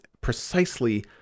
precisely